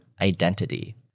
identity